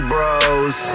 Bros